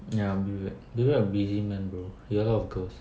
ya biback biback busy man bro he got a lot of girls